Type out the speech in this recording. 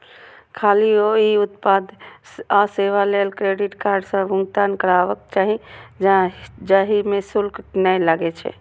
खाली ओइ उत्पाद आ सेवा लेल क्रेडिट कार्ड सं भुगतान करबाक चाही, जाहि मे शुल्क नै लागै छै